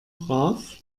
brav